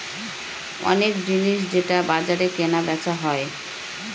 অনেক জিনিস যেটা বাজারে কেনা বেচা হয়